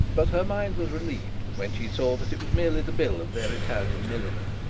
but her mind was relieved when she saw that it was merely the bill of their italian milliner.